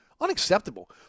unacceptable